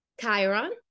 Chiron